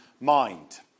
mind